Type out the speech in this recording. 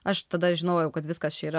aš tada žinojau kad viskas čia yra